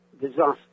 disaster